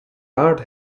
art